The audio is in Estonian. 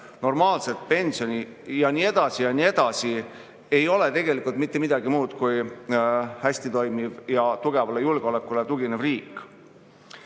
normaalset pensioni, ja nii edasi ja nii edasi, ei ole tegelikult mitte midagi muud kui hästi toimiv ja tugevale julgeolekule tuginev riik.